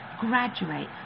graduate